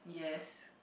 yes